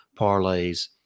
parlays